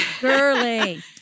girly